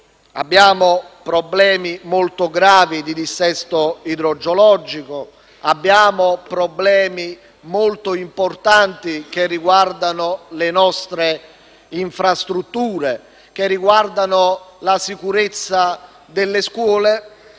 Abbiamo problemi molto gravi di dissesto idrogeologico; abbiamo problemi molto importanti che riguardano le nostre infrastrutture e la sicurezza delle scuole.